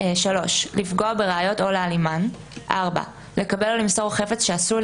לפגוע בראיות או להעלימן; לקבל או למסור חפץ שעשוי